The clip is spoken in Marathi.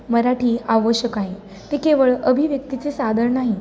मराठी आवश्यक आहे ते केवळ अभिव्यक्तीचे साधन नाही